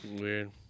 weird